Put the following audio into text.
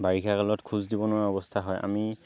বাৰিষা কালত খোজ দিব নোৱাৰা অৱস্থা হয় আমি